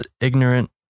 ignorant